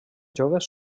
joves